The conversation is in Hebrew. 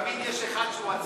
תמיד יש אחד שהוא הצדה,